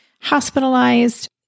hospitalized